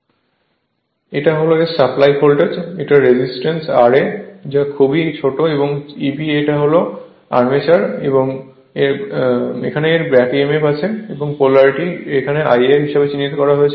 আরবলে motor এটা হল supply voltage এটা রেজিস্ট্যান্স ra যা খুবই ছোট Eb এটা হল আর্মেচার এর ব্যাক emf পোলারিটি এখানে Ia হিসাবে চিহ্নিত করা হয়েছে